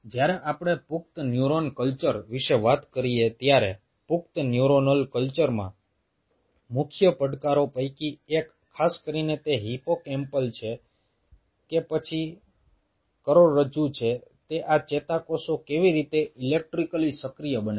જ્યારે આપણે પુખ્ત ન્યુરોનલ કલ્ચર વિશે વાત કરીએ ત્યારે પુખ્ત ન્યુરોનલ કલ્ચરમાં મુખ્ય પડકારો પૈકી એક ખાસ કરીને તે હિપ્પોકેમ્પલ છે કે પછી કરોડરજ્જુ છે તે આ ચેતાકોષો કેવી રીતે ઇલેક્ટ્રિકલી સક્રિય બને છે